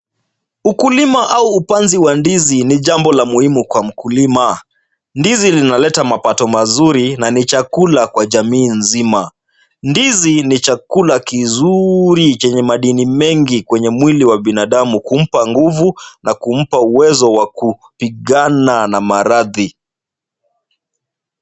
Ukulima au upanzi wa ndizi ni jambo la muhimu sana kwa mkulima. Ndizi linaleta mapato mazuri na ni chakula kwa jamii mzima. Ndizi ni chakula kizuri chenye madini mengi kwenye mwili wa binadamu, kumpa nguvu na kumpa uwezo wa kupigana na maradhi.